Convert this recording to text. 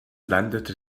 landete